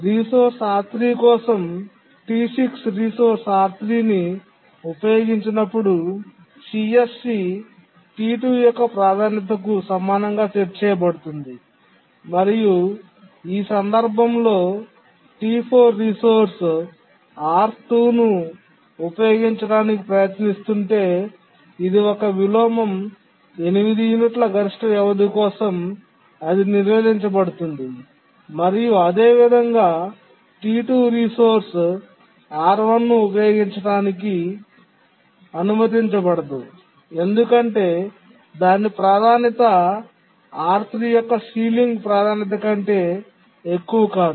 resource R3 కోసం T6 resource R3 ను ఉపయోగించినప్పుడు CSC T2 యొక్క ప్రాధాన్యతకు సమానంగా సెట్ చేయబడుతుంది మరియు ఆ సందర్భంలో T4 రిసోర్స్ R2 ను ఉపయోగించడానికి ప్రయత్నిస్తుంటే ఇది ఒక విలోమం 8 యూనిట్ల గరిష్ట వ్యవధి కోసం అది నిరోధించబడుతుంది మరియు అదేవిధంగా T2 రిసోర్స్ R1 ను ఉపయోగించడానికి అనుమతించబడదు ఎందుకంటే దాని ప్రాధాన్యత R3 యొక్క సీలింగ్ ప్రాధాన్యత కంటే ఎక్కువ కాదు